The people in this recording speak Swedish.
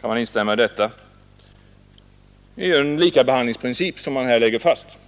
kan man instämma i detta. Det är en likabehandlingsprincip som man här lägger fast.